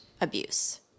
abuse